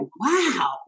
Wow